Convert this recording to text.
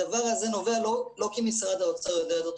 הדבר הזה הוא לא כי משרד האוצר יודע יותר טוב